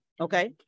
Okay